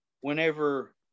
Whenever